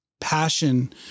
passion